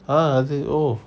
அது:athu oh